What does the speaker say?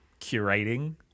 curating